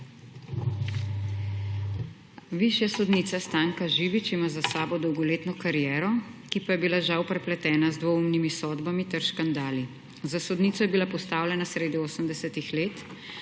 Višja sodnica Stanka Živič ima za sabo dolgoletno kariero, ki pa je bila žal prepletena z dvoumnimi sodbami ter s škandali. Za sodnico je bila postavljena sredi 80. let,